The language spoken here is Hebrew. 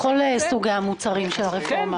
בכל סוגי המוצרים של הרפורמה.